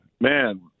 man